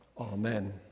Amen